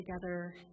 together